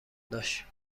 داشت